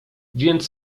więc